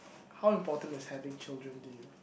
how important is having children to you